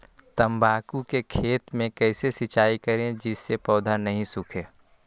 तम्बाकू के खेत मे कैसे सिंचाई करें जिस से पौधा नहीं सूखे?